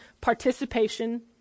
participation